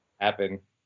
happen